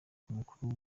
umukuru